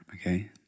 okay